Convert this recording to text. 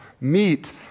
meet